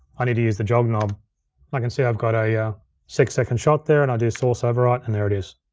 i need to use the jog knob. and i can see i've got a yeah six second shot there, and i do source override, and there it is.